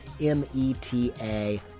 M-E-T-A